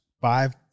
five